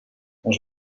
ens